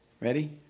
Ready